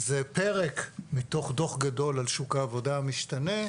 זה פרק מתוך דוח גדול על שוק העבודה המשתנה.